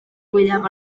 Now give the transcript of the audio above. fwyaf